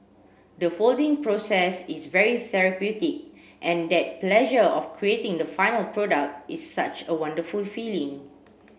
the folding process is very therapeutic and that pleasure of creating the final product is such a wonderful feeling